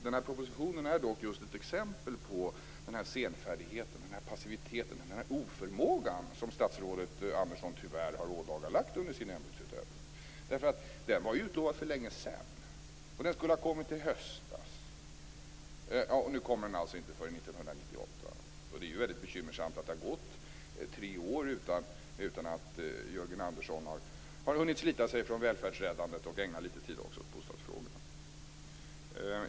Den här propositionen är dock ett exempel på senfärdigheten, passiviteten och oförmågan som statsrådet Andersson tyvärr har ådagalagt under sin ämbetsutövning. Den var utlovad för länge sedan. Det skulle ha kommit i höstas, och nu kommer den alltså inte förrän 1998. Det är väldigt bekymmersamt att det har gått tre år utan att Jörgen Andersson har hunnit slita sig från välfärdsräddandet och också kunnat ägna litet tid åt bostadsfrågorna.